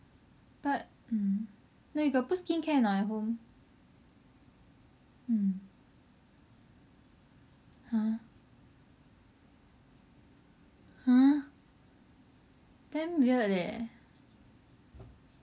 but mmhmm no you got put skincare or not at home mm !huh! !huh! damn weird leh